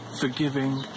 forgiving